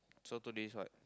so two days what